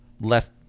left